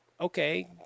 okay